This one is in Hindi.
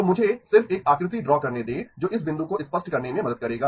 तो मुझे सिर्फ एक आकृति ड्रा करने दे जो इस बिंदु को स्पष्ट करने में मदद करेगा